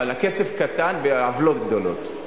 אבל הכסף קטן והעוולות גדולות.